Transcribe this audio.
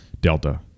Delta